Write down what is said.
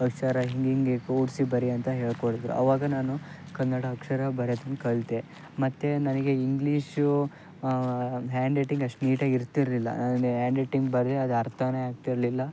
ಅಕ್ಷರ ಹಿಂಗೆ ಹೀಗೆ ಕೂಡಿಸಿ ಬರಿ ಅಂತ ಹೇಳ್ಕೊಟ್ರು ಆವಾಗ ನಾನು ಕನ್ನಡ ಅಕ್ಷರ ಬರ್ಯೋದನ್ನು ಕಲಿತೆ ಮತ್ತು ನನಗೆ ಇಂಗ್ಲೀಷು ಹ್ಯಾಂಡ್ರೈಟಿಂಗ್ ಅಷ್ಟು ನೀಟಾಗಿ ಇರ್ತಿರಲಿಲ್ಲ ನನ್ನ ಹ್ಯಾಂಡ್ರೈಟಿಂಗ್ ಬರೆದ್ರೆ ಅದು ಅರ್ಥವೇ ಆಗ್ತಿರಲಿಲ್ಲ